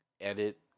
edit